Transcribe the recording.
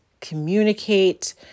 communicate